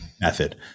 method